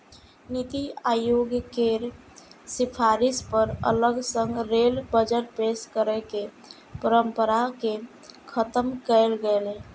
नीति आयोग केर सिफारिश पर अलग सं रेल बजट पेश करै के परंपरा कें खत्म कैल गेलै